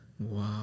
wow